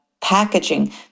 packaging